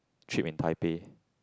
trip in Taipei